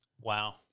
Wow